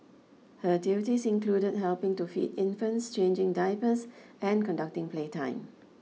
her duties included helping to feed infants changing diapers and conducting playtime